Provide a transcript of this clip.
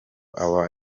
aba